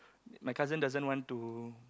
My cousin doesn't want to